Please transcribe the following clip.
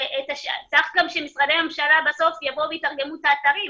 צריך שמשרדי הממשלה יתרגמו את האתרים,